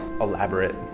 elaborate